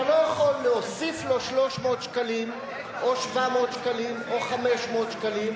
אתה לא יכול להוסיף לו 300 שקלים או 700 שקלים או 500 שקלים.